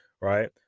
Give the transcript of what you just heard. right